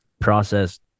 processed